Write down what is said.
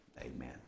Amen